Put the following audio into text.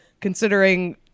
considering